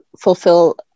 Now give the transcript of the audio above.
fulfill